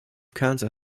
cancer